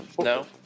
No